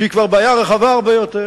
שהיא כבר בעיה רחבה הרבה יותר,